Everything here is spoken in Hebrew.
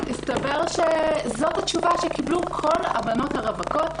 הסתבר שזאת התשובה שקיבלו כל הנשים הרווקות,